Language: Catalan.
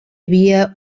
havia